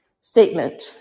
statement